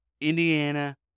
Indiana